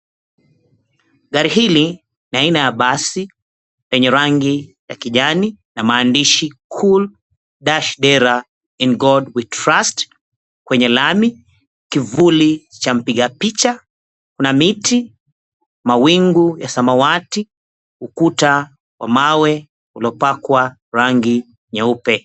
Gari hili ni aina ya basi lenye rangi ya kijani na maandishi, "Cool, Dash Dera, In God We Trust". Kwenye lami, kivuli cha mpiga picha na miti, mawingu ya samawati, ukuta wa mawe uliopakwa rangi nyeupe.